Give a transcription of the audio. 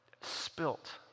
spilt